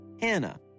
Hannah